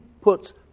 puts